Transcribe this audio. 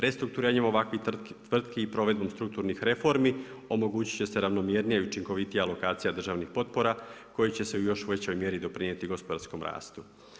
Restrukturiranjem ovakvih tvrtki i provedbom strukturnih reformi omogućit će se ravnomjernija i učinkovitija alokacija državnih potpora koji će se u još većoj mjeri doprinijeti gospodarskom rastu.